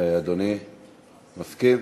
אדוני מסכים?